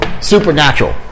Supernatural